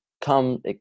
come